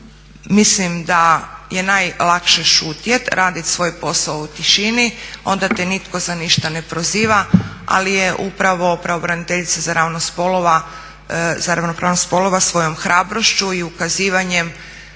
mislim da je najlakše šutjeti, raditi svoj posao u tišini i onda te nitko za ništa ne proziva ali je upravo pravobraniteljica za ravnopravnost spolova svojom hrabrošću i maksimalnim